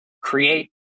create